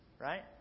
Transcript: Right